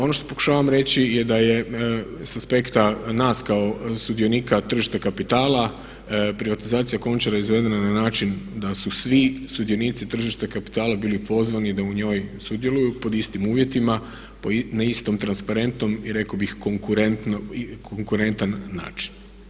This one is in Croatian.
Ono što pokušavam reći je da je sa aspekta nas kao sudionika tržišta kapitala privatizacija Končara izvedena na način da su svi sudionici tržišta kapitala bili pozvani da u njoj sudjeluju pod istim uvjetima na istom transparentnom i rekao bih konkurentan način.